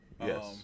Yes